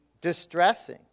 distressing